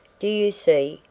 do you see?